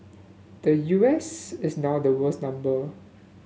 the U S is now the world's number